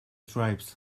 tribes